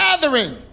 gathering